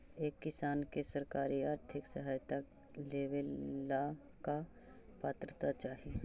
एक किसान के सरकारी आर्थिक सहायता लेवेला का पात्रता चाही?